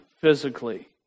physically